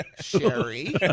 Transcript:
Sherry